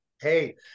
hey